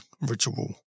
ritual